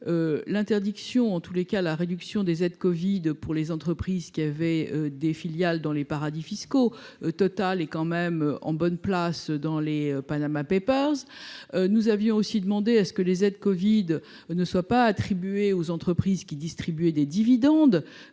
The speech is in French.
l'interdiction, en tous les cas, la réduction des aides Covid pour les entreprises qui avait des filiales dans les paradis fiscaux total est quand même en bonne place dans les Panama Papers, nous avions aussi demandé à ce que les aides Covid ne soient pas attribués aux entreprises qui distribuer des dividendes,